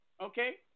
Okay